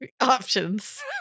options